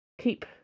keep